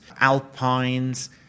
alpines